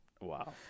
Wow